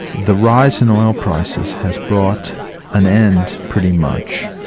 the rise in oil prices has brought an end, pretty much,